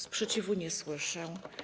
Sprzeciwu nie słyszę.